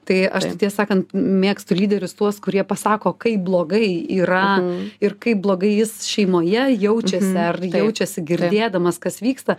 tai aš tai tiesą sakant mėgstu lyderius tuos kurie pasako kaip blogai yra ir kaip blogai jis šeimoje jaučiasi ar jaučiasi girdėdamas kas vyksta